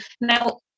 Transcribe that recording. Now